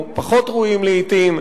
או פחות ראויים לעתים,